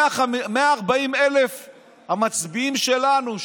140,000 המצביעים שלנו,